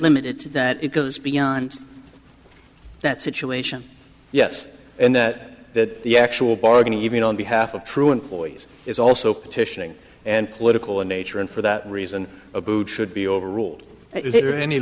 limited to that it goes beyond that situation yes and that that the actual bargain even on behalf of true employees is also petitioning and political in nature and for that reason a boot should be over